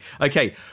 Okay